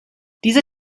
diese